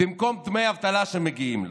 במקום דמי אבטלה שמגיעים לו.